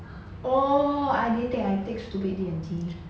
oh I didn't take I take stupid D&T